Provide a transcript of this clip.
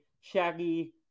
shaggy